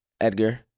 Edgar